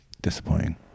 Disappointing